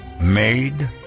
Made